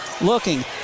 looking